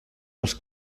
dels